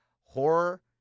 horror